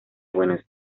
buenos